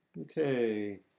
Okay